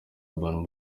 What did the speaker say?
urban